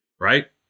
right